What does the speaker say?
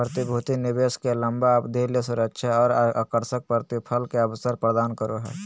प्रतिभूति निवेश के लंबा अवधि ले सुरक्षा और आकर्षक प्रतिलाभ के अवसर प्रदान करो हइ